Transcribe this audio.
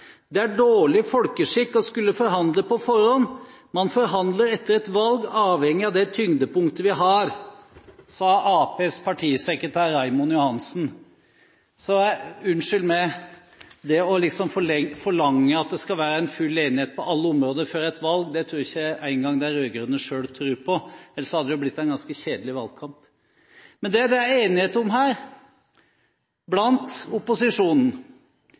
Det er dårlig folkeskikk å skulle forhandle på forhånd. Man forhandler etter et valg, avhengig av det tyngdepunktet man har, sa Arbeiderpartiets partisekretær Raymond Johansen. Så unnskyld meg, det å forlange at det skal være en full enighet på alle områder før et valg, tror jeg ikke engang de rød-grønne selv tror på. Ellers hadde det jo blitt en ganske kjedelig valgkamp. Men det det er enighet om her – blant opposisjonen